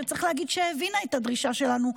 שצריך להגיד שהבינה את הדרישה שלנו,